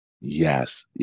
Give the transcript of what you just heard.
Yes